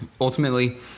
Ultimately